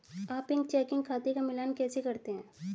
आप एक चेकिंग खाते का मिलान कैसे करते हैं?